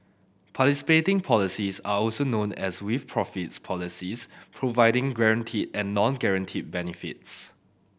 participating policies are also known as 'with profits' policies providing both guarantee and non guarantee benefits